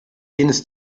jenes